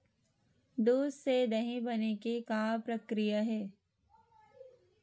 दूध से दही बने के का प्रक्रिया हे?